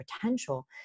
potential